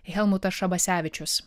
helmutas šabasevičius